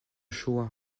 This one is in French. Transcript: choix